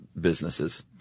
businesses